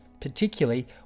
particularly